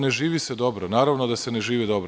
Ne živi se dobro, naravno da se ne živi dobro.